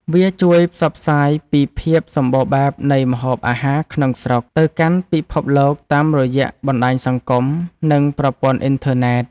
វាជួយផ្សព្វផ្សាយពីភាពសម្បូរបែបនៃម្ហូបអាហារក្នុងស្រុក ទៅកាន់ពិភពលោកតាមរយៈបណ្ដាញសង្គម និងប្រព័ន្ធអ៊ីនធឺណិត។